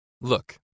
Look